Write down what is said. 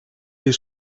ayı